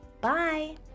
Bye